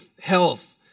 health